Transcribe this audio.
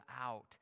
out